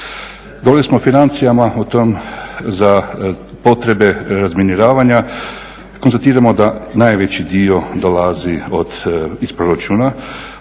Govorili smo o financijama o tom, za potrebe razminiravanja, konstatiramo da najveći dio dolazi iz proračuna